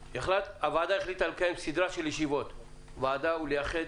הוועדה החליטה לקיים סדרת ישיבות ועדה ולייחד